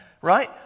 Right